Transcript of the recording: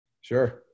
Sure